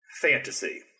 Fantasy